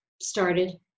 started